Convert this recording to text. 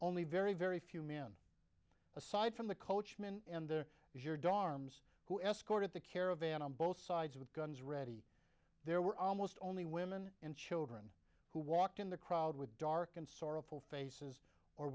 only very very few man aside from the coachman and there was your d'armes who escorted the caravan on both sides with guns ready there were almost only women and children who walked in the crowd with dark and sorrowful faces or